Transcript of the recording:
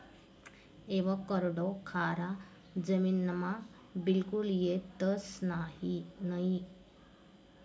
avocado खारा जमीनमा बिलकुल येतंस नयी